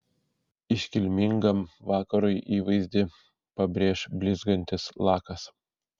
iškilmingam vakarui įvaizdį pabrėš blizgantis lakas